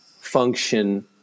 function